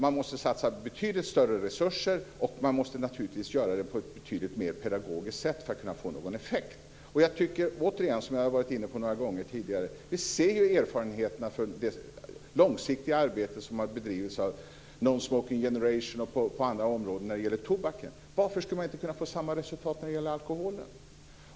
Man måste satsa betydligt större resurser, och den måste naturligtvis genomföras på ett betydligt mer pedagogiskt sätt för att kunna få någon effekt. Som jag har varit inne på några gånger tidigare har vi erfarenheter av ett långsiktigt arbete som har bedrivits av bl.a. Non Smoking Generation när det gäller tobaken. Varför skulle man inte kunna få samma resultat när det gäller alkoholen?